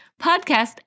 podcast